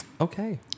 Okay